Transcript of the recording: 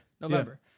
november